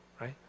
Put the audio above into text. right